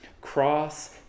Cross